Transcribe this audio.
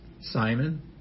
Simon